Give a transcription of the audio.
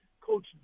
Coach